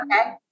Okay